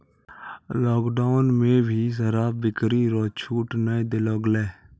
lockdown मे भी शराब बिक्री रो छूट नै देलो गेलै